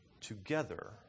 together